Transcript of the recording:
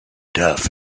duff